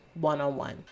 one-on-one